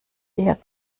eher